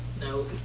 No